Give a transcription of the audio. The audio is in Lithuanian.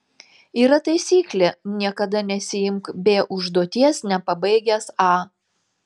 yra taisyklė niekada nesiimk b užduoties nepabaigęs a